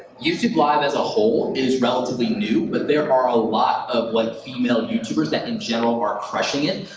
youtube live, as a whole, is relatively new, but there are a lot of like female youtubers that in general are crushing it.